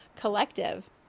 collective